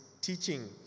teaching